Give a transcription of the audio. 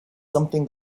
something